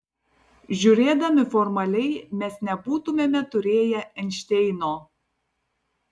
žiūrėdami formaliai mes nebūtumėme turėję einšteino